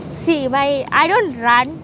see why I don't run